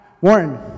Warren